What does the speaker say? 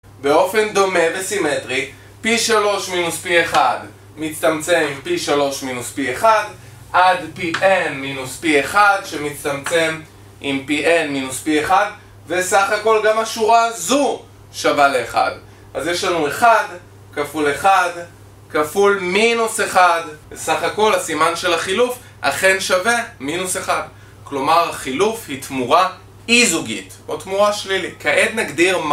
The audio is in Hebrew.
באופן דומה וסימטרי p3-p1 מצטמצם עם p3-p1 עד pn-p1 שמצטמצם עם pn-p1 וסך הכל גם השורה הזו שווה ל1 אז יש לנו 1 כפול 1 כפול 1- וסך הכל הסימן של החילוף אכן שווה 1- כלומר החילוף היא תמורה איזוגית או תמורה שלילית כעת נגדיר